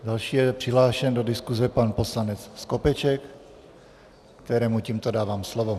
Další je přihlášen do diskuze pan poslanec Skopeček, kterému tímto dávám slovo.